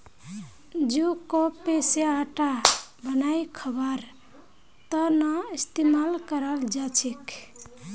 जौ क पीसे आटा बनई खबार त न इस्तमाल कराल जा छेक